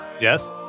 Yes